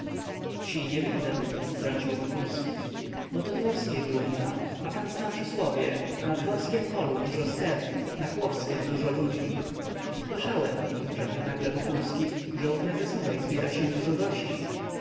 wsi nie widzę wtrącił wokulski bo to dworskie grunta a pan zna przysłowie na dworskiem polu dużo stert na chłopskiem dużo ludzi słyszałem rzekł nagle wokulski że u prezesowej zbiera się dużo gości